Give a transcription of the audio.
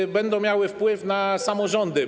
Jaki będą miały wpływ na samorządy.